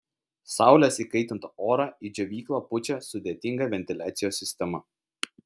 saulės įkaitintą orą į džiovyklą pučia sudėtinga ventiliacijos sistema